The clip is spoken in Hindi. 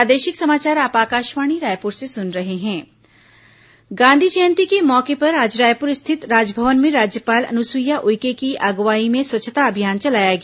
राजभवन स्वच्छता अभियान गांधी जयंती के मौके पर आज रायपुर स्थित राजभवन में राज्यपाल अनुसुइया उइके की अगुवाई में स्वच्छता अभियान चलाया गया